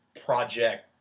project